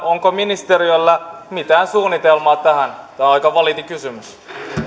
onko ministeriöllä mitään suunnitelmaa tähän tämä on aika validi kysymys